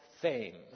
fame